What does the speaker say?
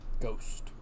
Ghost